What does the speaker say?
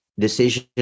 decision